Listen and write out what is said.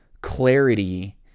clarity